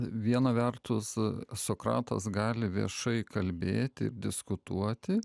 vieną vertus sokratas gali viešai kalbėti diskutuoti